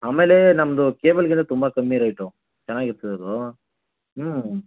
ಆಮೇಲೆ ನಮ್ಮದು ಕೇಬಲ್ಗಿಂತ ತುಂಬ ಕಮ್ಮಿ ರೇಟು ಚೆನ್ನಾಗಿರ್ತದೆ ಅದು ಹ್ಞೂ